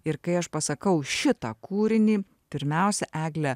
ir kai aš pasakau šitą kūrinį pirmiausia egle